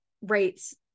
Rates